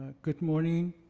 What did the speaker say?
ah good morning.